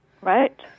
Right